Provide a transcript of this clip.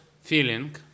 feeling